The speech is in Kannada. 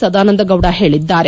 ಸದಾನಂದ ಗೌಡ ಹೇಳಿದ್ದಾರೆ